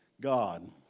God